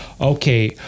Okay